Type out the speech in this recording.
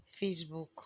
Facebook